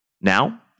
Now